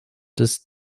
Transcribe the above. des